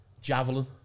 Javelin